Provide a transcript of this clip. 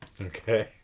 okay